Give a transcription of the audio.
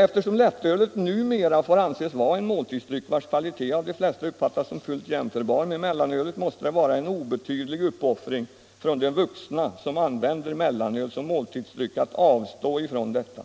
Eftersom lättölet numera får anses vara en måltidsdryck, vars kvalitet av de flesta uppfattas som fullt jämförbar med mellanölet, måste det vara en obetydlig uppoffring från de vuxna som använder mellanöl som måltidsdryck att avstå från detta.